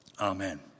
Amen